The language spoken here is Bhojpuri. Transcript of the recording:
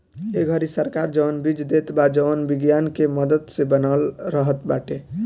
ए घरी सरकार जवन बीज देत बा जवन विज्ञान के मदद से बनल रहत बाटे